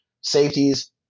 safeties